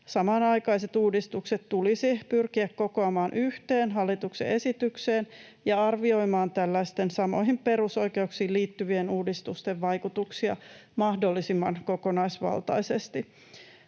samanaikaiset uudistukset tulisi pyrkiä kokoamaan yhteen hallituksen esitykseen ja arvioimaan tällaisten samoihin perusoikeuksiin liittyvien uudistusten vaikutuksia mahdollisimman kokonaisvaltaisesti.